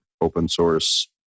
open-source